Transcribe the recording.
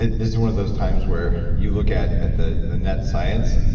this is one of those times where you look at at the the net science,